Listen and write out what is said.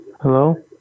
Hello